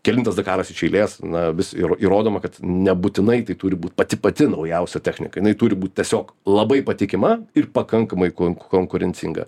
kelintas dakaras iš eilės na ir įrodoma kad nebūtinai turi būti pati pati naujausia technika jinai turi būti tiesiog labai patikima ir pakankamai kon konkurencinga